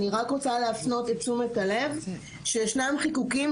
אני רק רוצה להפנות את תשומת הלב לכך שישנם חיקוקים,